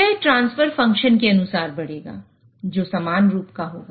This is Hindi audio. यह ट्रांसफर फ़ंक्शन के अनुसार बढ़ेगा जो समान रूप का होगा